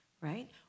right